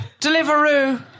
Deliveroo